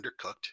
undercooked